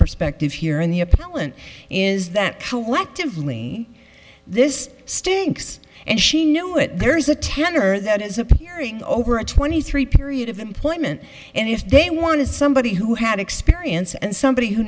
perspective here in the appellant is that collectively this stinks and she knew it there's a tender that is appearing over a twenty three period of employment and if they wanted somebody who had experience and somebody who